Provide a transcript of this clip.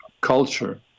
culture